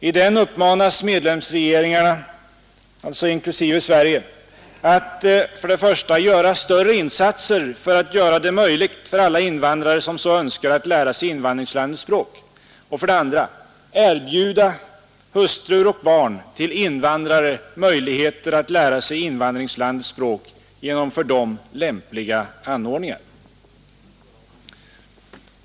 I denna uppmanas medlemsregeringarna, inklusive den svenska, att för det första göra större insatser för att göra det möjligt för alla invandrare som så önskar att lära sig invandringslandets språk och för det andra att erbjuda hustrur och barn till invandrare möjligheter att lära sig invandringslandets språk genom för dem lämpliga anordningar.